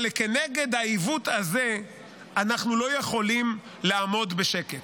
אבל כנגד העיוות הזה אנחנו לא יכולים לעמוד בשקט.